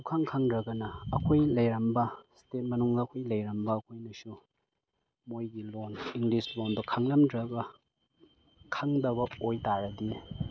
ꯁꯨꯡꯈꯪ ꯈꯪꯗ꯭ꯔꯒꯅ ꯑꯩꯈꯣꯏ ꯂꯩꯔꯝꯕ ꯏꯁꯇꯦꯠ ꯃꯅꯨꯡꯗ ꯑꯩꯈꯣꯏ ꯂꯩꯔꯝꯕ ꯑꯩꯈꯣꯏꯅꯁꯨ ꯃꯣꯏꯒꯤ ꯂꯣꯟ ꯏꯪꯂꯤꯁ ꯂꯣꯟꯗꯣ ꯈꯪꯂꯝꯗ꯭ꯔꯒ ꯈꯪꯗꯕ ꯑꯣꯏ ꯇꯥꯔꯗꯤ